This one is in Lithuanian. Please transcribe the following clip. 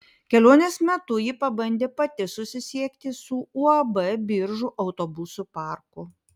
kelionės metu ji pabandė pati susisiekti su uab biržų autobusų parku